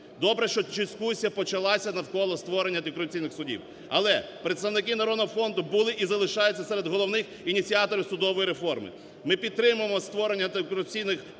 Добре, що дискусія почалася навколо створення антикорупційних судів. Але представники "Народного фронту" були і залишаються серед головних ініціаторів судової реформи. Ми підтримуємо створення антикорупційної палати